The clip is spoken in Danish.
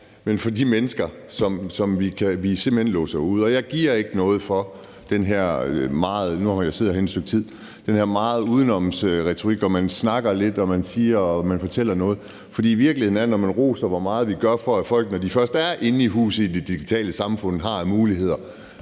Nu har jeg siddet herinde i et stykke tid, og jeg giver ikke noget for den her udenomsretorik, hvor man snakker lidt og står og fortæller noget. For virkeligheden er, at når man roser, hvor meget vi gør for folk, når først de er inde i huset i det digitale samfund, og hvad de